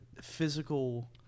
physical